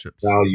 value